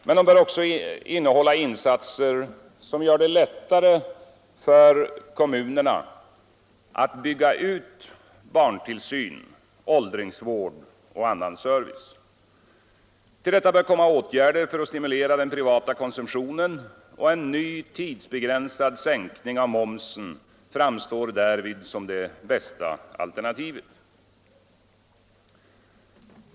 Men den bör också innehålla insatser som gör det lättare för kommunerna att bygga ut barntillsyn, åldringsvård och annan service. Till detta bör komma åtgärder för att stimulera den privata konsumtionen. En ny tidsbegränsad sänkning av momsen framstår därvid som det bästa alternativet.